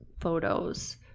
photos